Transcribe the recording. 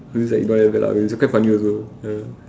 so it's like whatever lah it's quite funny also ya